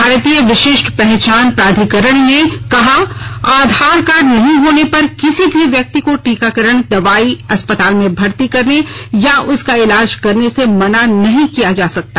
भारतीय विशिष्ट पहचान प्राधिकरण ने कहा आधार कार्ड नहीं होने पर किसी भी व्यक्ति को टीकाकरण दवाई अस्पताल में भर्ती करने या उसका इलाज करने से मना नहीं किया जा सकता